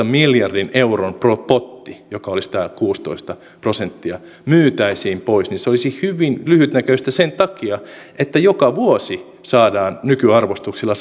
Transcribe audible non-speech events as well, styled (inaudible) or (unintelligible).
(unintelligible) miljardin euron potti joka olisi tämä kuusitoista prosenttia myytäisiin pois niin se olisi hyvin lyhytnäköistä sen takia että joka vuosi saadaan nykyarvostuksilla (unintelligible)